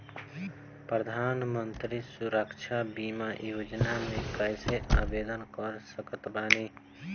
प्रधानमंत्री सुरक्षा बीमा योजना मे कैसे आवेदन कर सकत बानी?